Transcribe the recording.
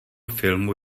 filmu